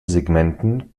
segmenten